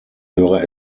höre